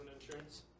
insurance